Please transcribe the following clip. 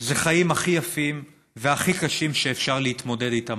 זה החיים הכי יפים והכי קשים שאפשר להתמודד איתם,